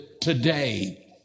today